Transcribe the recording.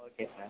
okay sir